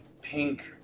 pink